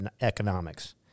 economics